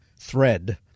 thread